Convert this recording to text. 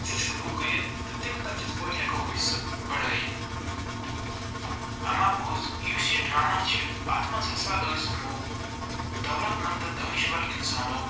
شُروٗع کٔرِتھ تہٕ تَمہِ پَتہٕ کِتھ پٲٹھۍ ہٮ۪کو أسۍ سُہ بَڑٲیِتھ اَما پوٚز یُس یہِ ڈرٛاما چھِ اتھ منٛز ہَسا ٲسۍ یِمو دولت منٛد تہٕ دٲنِشوَر اِنسانو